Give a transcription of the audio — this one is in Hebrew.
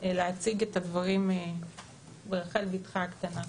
להציג את הדברים ברחל בתך הקטנה.